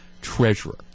treasurer